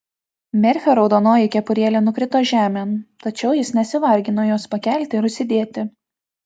merfio raudonoji kepurėlė nukrito žemėn tačiau jis nesivargino jos pakelti ir užsidėti